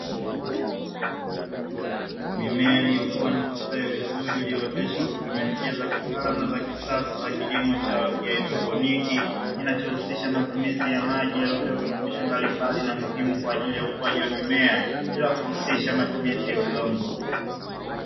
Mimea iliyokua na kustawi vizuri iliyooteshwa kwa kutumia njia za kitaalamu na za kisasa za kilimo cha haidroponi, kinacho husisha matumizi ya maji yaliyo tiwa virutubisho mbalimbali na muhimu kwa ajili ya ukuaji wa mimea; bila kuhusisha matumizi ya udongo.